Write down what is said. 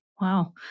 Wow